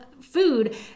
food